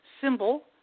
symbol